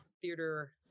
Theater